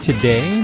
Today